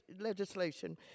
legislation